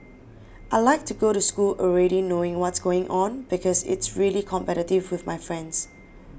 I like to go to school already knowing what's going on because it's really competitive with my friends